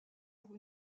pour